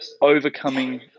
overcoming